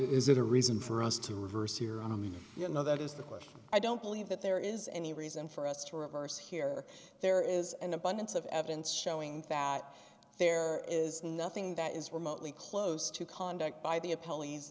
is it a reason for us to reverse here on the you know that is the question i don't believe that there is any reason for us to reverse here there is an abundance of evidence showing fat there is nothing that is remotely close to conduct by the apol